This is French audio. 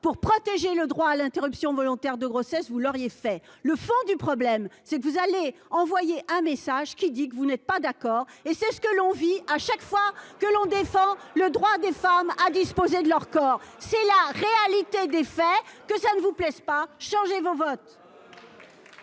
pour protéger le droit à l'interruption volontaire de grossesse, vous l'auriez fait le fond du problème, c'est que vous allez envoyer un message qui dit que vous n'êtes pas d'accord et c'est ce que l'on vit, à chaque fois que l'on défend le droit des femmes à disposer de leur corps, c'est la réalité des faits que ça ne vous plaisent pas changer vos vote.